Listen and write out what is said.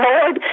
Lord